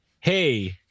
hey